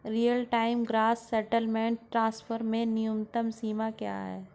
Real time gross settlement transfer में न्यूनतम सीमा क्या है?